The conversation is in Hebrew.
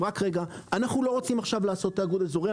רק רגע אנחנו לא רוצים לעשות עכשיו תיאגוד אזורי,